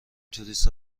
توریست